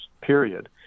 period